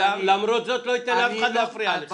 ולמרות זאת לא אתן לף אחד להפריע לך.